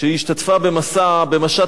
על זה שהיא השתתפה במשט הטרור.